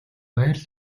байр